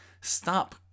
stop